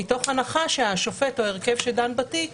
מתוך הנחה שהשופט או ההרכב שדן בתיק